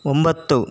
ಒಂಬತ್ತು